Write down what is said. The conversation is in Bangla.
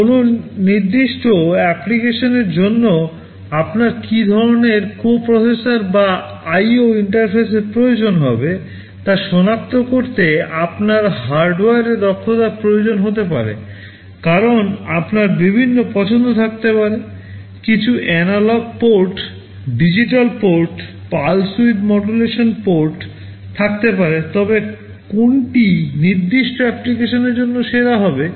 কোন নির্দিষ্ট অ্যাপ্লিকেশনগুলির জন্য আপনার কী ধরণের কোপ্রোসেসর পোর্ট থাকতে পারে তবে কোনটি নির্দিষ্ট অ্যাপ্লিকেশনের জন্য সেরা হবে